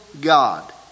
God